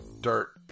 Dirt